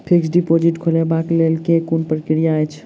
Fixed deposit खोलबाक लेल केँ कुन प्रक्रिया अछि?